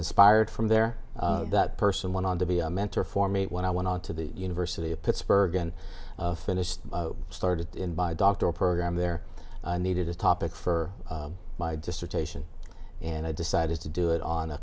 inspired from there that person went on to be a mentor for me when i went to the university of pittsburgh and finished started by doctoral program there needed a topic for my dissertation and i decided to do it on a